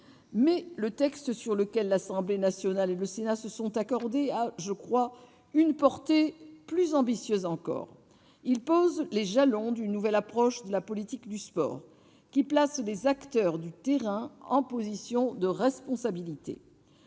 Mais le texte sur lequel l'Assemblée nationale et le Sénat se sont accordés a, je crois, une portée plus ambitieuse encore : il pose les jalons d'une nouvelle approche de la politique du sport, qui place les acteurs du terrain en position de responsabilité.